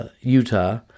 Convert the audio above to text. Utah